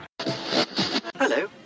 Hello